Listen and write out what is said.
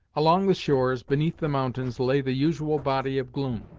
along the shores, beneath the mountains, lay the usual body of gloom,